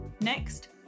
Next